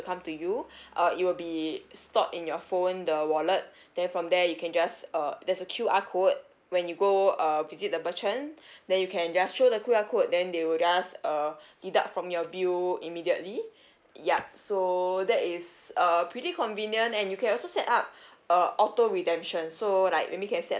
come to you uh it'll be stored in your phone the wallet then from there you can just uh there's a Q_R code when you go uh visit the merchant then you can just show the Q_R code then they will just uh deduct from your bill immediately yup so that is uh pretty convenient and you can also set up uh auto redemption so like maybe you can set